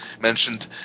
mentioned